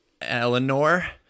eleanor